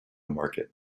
market